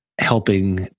helping